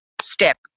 step